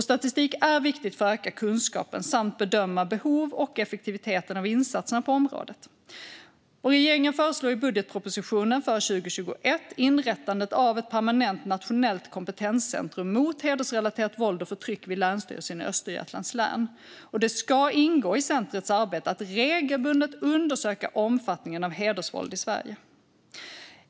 Statistik är viktig för att öka kunskapen och för att bedöma behovet av och effektiviteten hos insatserna på området. Regeringen föreslår i budgetpropositionen för 2021 inrättandet av ett permanent nationellt kompetenscentrum mot hedersrelaterat våld och förtryck vid Länsstyrelsen i Östergötlands län. Det ska ingå i centrumets arbete att regelbundet undersöka omfattningen av hedersvåld i Sverige.